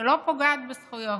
שלא פוגעת בזכויות.